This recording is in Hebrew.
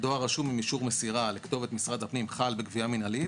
דואר רשום עם אישור מסירה לכתובת משרד הפנים חל בגבייה מינהלית